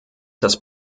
dass